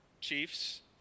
Chiefs